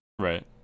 Right